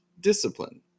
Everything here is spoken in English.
discipline